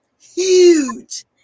huge